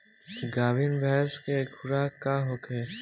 गाभिन भैंस के खुराक का होखे?